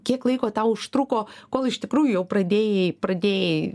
kiek laiko tau užtruko kol iš tikrųjų jau pradėjai pradėjai